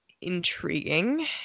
intriguing